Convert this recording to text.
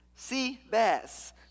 Seabass